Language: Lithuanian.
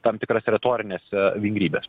tam tikras retorines vingrybes